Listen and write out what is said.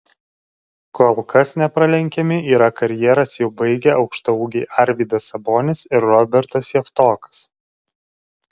kol kas nepralenkiami yra karjeras jau baigę aukštaūgiai arvydas sabonis ir robertas javtokas